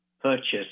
purchase